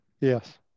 Yes